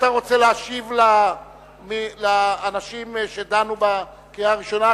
אתה רוצה להשיב לאנשים שדנו בקריאה הראשונה,